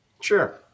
sure